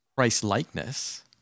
Christ-likeness